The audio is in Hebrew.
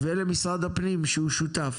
ולמשרד הפנים שהוא שותף.